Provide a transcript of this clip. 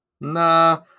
Nah